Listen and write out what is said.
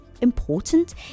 important